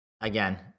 again